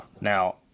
Now